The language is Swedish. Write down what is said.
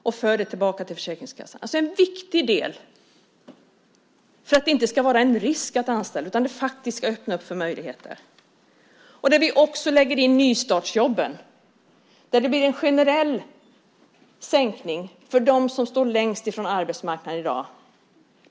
Det förs tillbaka till Försäkringskassan. Detta är en viktig del för att det inte ska vara en risk att anställa. I stället ska det faktiskt öppna upp för möjligheter. Vi lägger också in nystartsjobben. Det blir en generell sänkning för dem som i dag står längst bort från arbetsmarknaden.